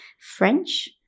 French